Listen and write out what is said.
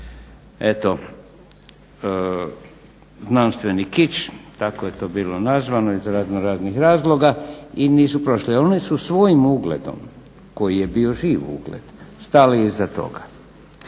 eto znanstveni kič, tako je to bilo nazvano iz razno raznih razloga i nisu prošli. Jer one su svojim ugledom koji je bio živ ugled stali iza toga.